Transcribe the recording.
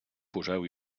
poseu